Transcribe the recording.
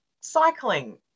cycling